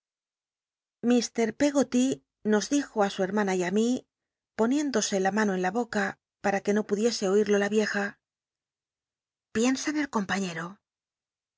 mr pcggoty nos dijo ü su hermana y i mí poniéndose la mano en la bora pam que no pudiese oil'lo la vieja piensa en el compaiiet'o